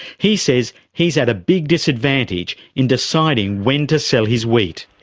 he says he's at a big disadvantage in deciding when to sell his wheat.